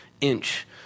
inch